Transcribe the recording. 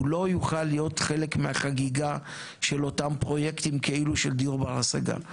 הוא לא יוכל להיות חלק מהחגיגה של אותם פרויקטים כאילו של דיור בר השגה.